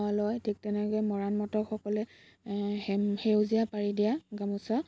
লয় ঠিক তেনেকৈ মৰাণ মটকসকলে সেম সেউজীয়া পাৰি দিয়া গামোচা